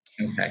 Okay